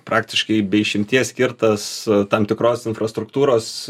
praktiškai be išimties skirtas tam tikros infrastruktūros